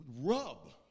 rub